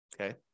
Okay